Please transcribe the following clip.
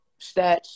stats